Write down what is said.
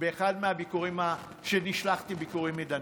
באחד מהביקורים שנשלחתי לביקור מדיני.